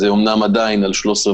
אחוזה המאומתים עומד על 13.5%,